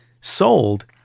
sold